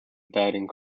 batting